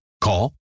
Call